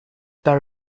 there